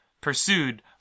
pursued